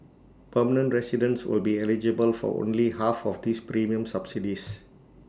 permanent residents will be eligible for only half of these premium subsidies